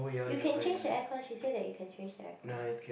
you can change the aircon she say that you can change the air con